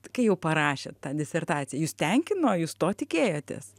kai jau parašėt tą disertaciją jūs tenkino jūs to tikėjotės